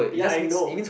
ya I know